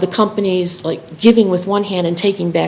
the companies like giving with one hand and taking back